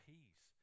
Peace